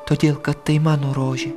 todėl kad tai mano rožė